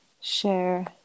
share